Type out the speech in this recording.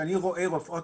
שאני רואה בפועל